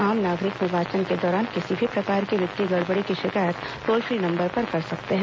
आम नागरिक निर्वाचन के दौरान किसी भी प्रकार की वित्तीय गड़बड़ी की शिकायत टोल फ्री नंबर पर कर सकते हैं